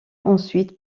ensuite